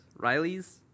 Rileys